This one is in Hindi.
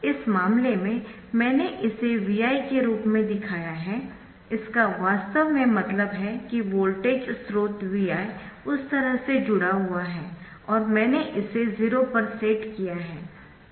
इस मामले में मैंने इसे Vi के रूप में दिखाया है इसका वास्तव में मतलब है कि वोल्टेज स्रोत Vi उस तरह से जुड़ा हुआ है और मैंने इसे 0 पर सेट किया है